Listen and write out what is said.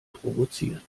provoziert